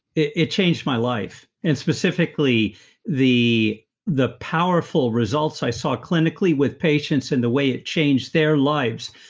it it changed my life, and specifically the the powerful results i saw clinically with patients in the way it changed their lives,